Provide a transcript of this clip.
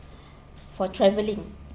for travelling